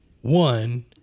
One